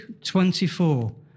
24